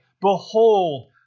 Behold